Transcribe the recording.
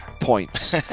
points